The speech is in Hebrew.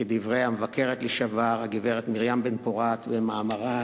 כדברי המבקרת לשעבר הגברת מרים בן-פורת, במאמרה